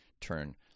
turn